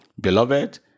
Beloved